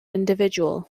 individual